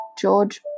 George